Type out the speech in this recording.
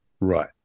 Right